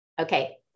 Okay